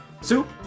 Soup